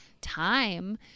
time